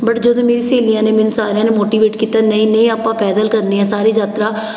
but ਜਦੋਂ ਮੇਰੀ ਸਹੇਲੀਆਂ ਨੇ ਮੈਨੂੰ ਸਾਰਿਆਂ ਨੇ ਮੋਟੀਵੇਟ ਕੀਤਾ ਨਹੀਂ ਨਹੀ ਆਪਾਂ ਪੈਦਲ ਕਰਨੀ ਆ ਸਾਰੀ ਯਾਤਰਾ